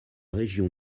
région